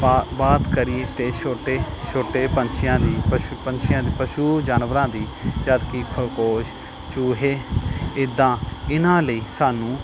ਬਾ ਬਾਤ ਕਰੀਏ ਤਾਂ ਛੋਟੇ ਛੋਟੇ ਪੰਛੀਆਂ ਦੀ ਪਸ਼ੂ ਪੰਛੀਆਂ ਪਸ਼ੂ ਜਾਨਵਰਾਂ ਦੀ ਜਦ ਕਿ ਖਰਗੋਸ਼ ਚੂਹੇ ਇੱਦਾਂ ਇਹਨਾਂ ਲਈ ਸਾਨੂੰ